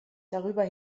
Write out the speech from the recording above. darüber